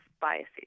biases